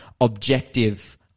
objective